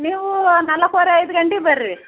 ನೀವು ನಾಲ್ಕೂವರೆ ಐದು ಗಂಟೆಗ್ ಬನ್ರಿ